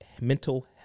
mental